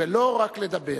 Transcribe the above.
ולא רק לדבר.